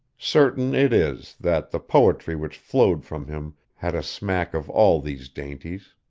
certain it is, that the poetry which flowed from him had a smack of all these dainties.